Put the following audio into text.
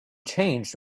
changed